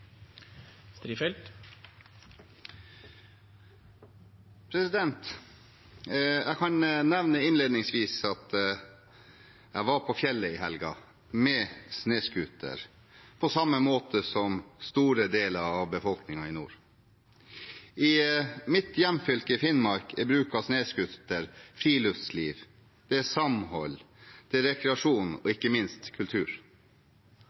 Jeg kan innledningsvis nevne at jeg var på fjellet i helgen med snøscooter, på samme måte som store deler av befolkningen i nord. I min hjemregion Finnmark er bruk av snøscooter friluftsliv, det er samhold, det er rekreasjon og det er ikke minst kultur.